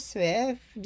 Swift